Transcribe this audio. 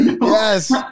Yes